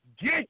get